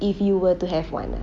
if you were to have one lah